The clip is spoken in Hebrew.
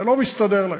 ולא מסתדר להם,